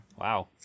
Wow